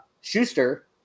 schuster